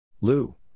Lou